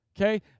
okay